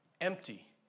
empty